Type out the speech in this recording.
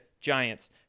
giants